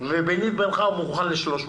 וביני ובינך, הוא מוכן ל-300 שקל,